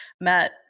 Matt